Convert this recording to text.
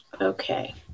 okay